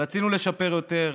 רצינו לשפר יותר,